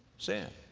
sin.